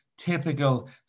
typical